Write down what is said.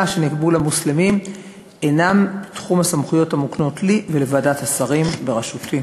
שנקבעו למוסלמים אינם בתחום הסמכויות המוקנות לי ולוועדת השרים בראשותי.